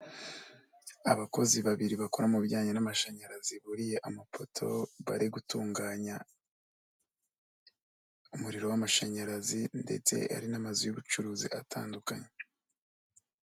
Abakozi babiri bakora mu bijyanye n'amashanyarazi buriye amapoto bari gutunganya umuriro w'amashanyarazi ndetse hari n'amazu y'ubucuruzi atandukanye.